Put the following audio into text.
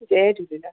Jay Jhulelal